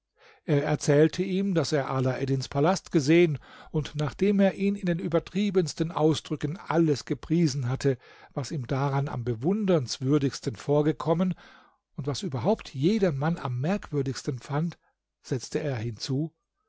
er erzählte ihm daß er alaeddins palast gesehen und nachdem er in den übertriebensten ausdrücken alles gepriesen hatte was ihm daran am bewundernswürdigsten vorgekommen und was überhaupt jedermann am merkwürdigsten fand setzte er hinzu